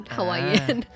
Hawaiian